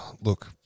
Look